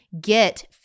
get